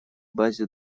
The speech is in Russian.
базе